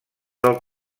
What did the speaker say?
del